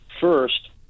First